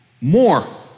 more